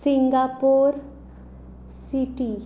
Singapore city